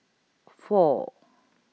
four